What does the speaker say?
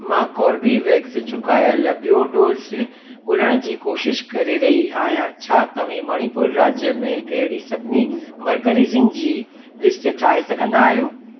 मां कोर्बीवेक्स चुकायल बि॒यो डोज़ ॻोल्हण जी कोशिशि करे रही आहियां छा तव्हां मणिपुर राज्य में अहिड़ी सभिनी मर्करज़िन जी लिस्ट ठाहे सघंदा आहियो